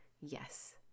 Yes